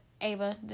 ava